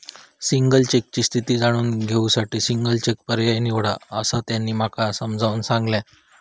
single चेकची स्थिती जाणून घेऊ साठी सिंगल चेक पर्याय निवडा, असा त्यांना माका समजाऊन सांगल्यान